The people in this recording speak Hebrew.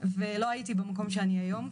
ולא הייתי במקום שאני היום,